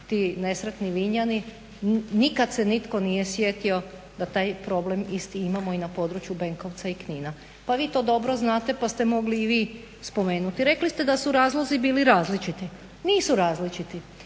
ti nesretni Vinjani. Nikad se nitko nije sjetio da taj problem isti imamo i na području Benkovca i Knina. Pa vi to dobro znate pa ste i vi mogli spomenuti. Rekli su da su razlozi bili različiti. Nisu različiti.